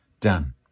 done